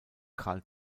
carl